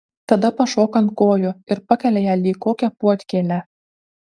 tada pašoka ant kojų ir pakelia ją lyg kokią puodkėlę